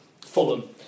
Fulham